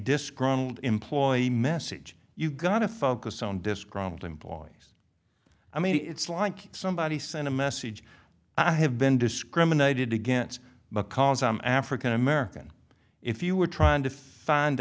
disgruntled employee message you got to focus on disgruntled employees i mean it's like somebody sent a message i have been discriminated against because i'm african american if you were trying to find